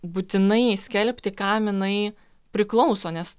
būtinai skelbti kam jinai priklauso nes